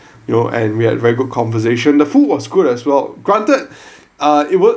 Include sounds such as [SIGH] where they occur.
you know and we had very good conversation the food was good as well granted [BREATH] uh it would